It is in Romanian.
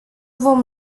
vom